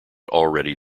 already